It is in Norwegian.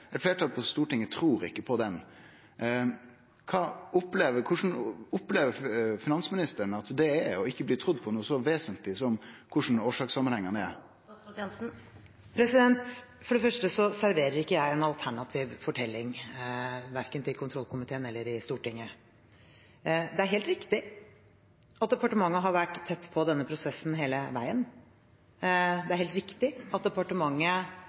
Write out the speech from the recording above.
eit fleirtal på trur ikkje på ho – korleis opplever finansministeren å ikkje bli trudd på noko så vesentleg som korleis årssakssamanhengane er? For det første serverer jeg ikke en alternativ fortelling, verken til kontrollkomiteen eller i Stortinget. Det er helt riktig at departementet har vært tett på denne prosessen hele veien. Det er helt riktig at departementet